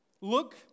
Look